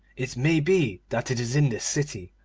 it may be that it is in this city,